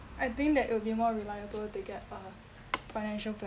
I think that it'll be more reliable to get uh financial planner